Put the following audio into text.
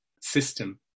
system